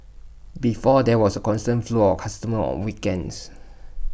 before there was A constant flow of customers on weekends